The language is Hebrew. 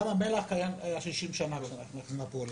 ים המלח היה 60 שנה --- זאת חלק